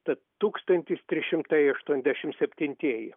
tad tūkstantis trys šimtai aštuoniasdešimt septintieji